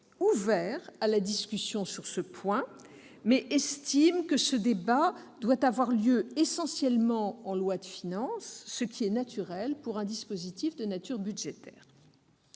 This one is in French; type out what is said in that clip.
ouvert à la discussion sur ce point, mais estime que ce débat doit avoir lieu en loi de finances, ce qui est naturel pour un dispositif de nature budgétaire.